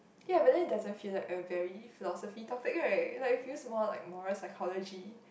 ya but then it doesn't feel like a very philosophy topic right like feel more like moral psychology